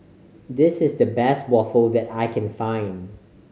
this is the best waffle that I can find